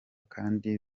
kandi